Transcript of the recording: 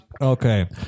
Okay